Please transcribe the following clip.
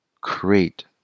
create